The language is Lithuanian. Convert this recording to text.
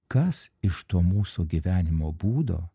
kas iš to mūsų gyvenimo būdo